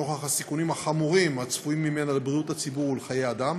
נוכח הסיכונים החמורים הצפויים ממנה לבריאות הציבור ולחיי אדם,